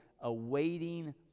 awaiting